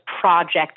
project